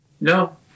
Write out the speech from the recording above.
No